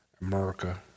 America